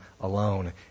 alone